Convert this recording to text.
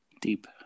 deep